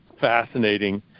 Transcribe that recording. fascinating